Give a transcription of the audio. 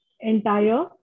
entire